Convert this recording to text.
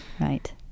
right